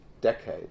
decade